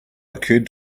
occurred